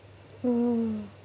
oh